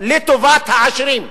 לטובת העשירים.